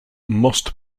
must